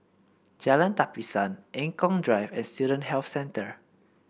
Jalan Tapisan Eng Kong Drive and Student Health Centre